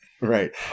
Right